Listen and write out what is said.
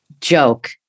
joke